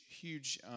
huge